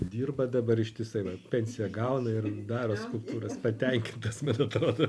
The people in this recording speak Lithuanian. dirba dabar ištisai va pensiją gauna ir daro skulptūras patenkintas man atrodo